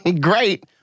Great